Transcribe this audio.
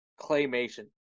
claymation